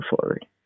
forward